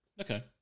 Okay